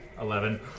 Eleven